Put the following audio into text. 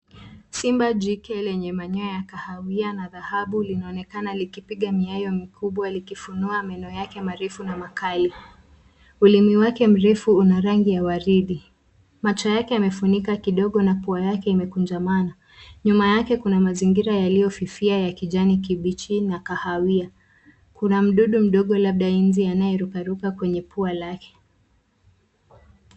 Simba jike mwenye manyoya ya kahawia na rangi ya zahabu inaonekana akipiga mikia mikubwa, akifungua meno yake makali. Ulimi wake una rangi ya waridi. Macho yake yamefunikwa kidogo na puwa yake imekunjamana. Nyuma yake kuna mandhari ya kijani kibichi na kahawia. Kura mdogo mdogo, labda ndege, inaruka juu ya puwa lake.